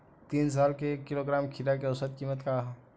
तीन साल से एक किलोग्राम खीरा के औसत किमत का ह?